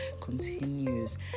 continues